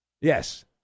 Yes